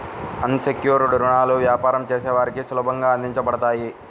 అన్ secured రుణాలు వ్యాపారం చేసే వారికి సులభంగా అందించబడతాయి